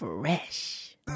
Fresh